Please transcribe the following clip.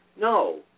No